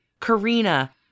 Karina